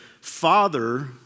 father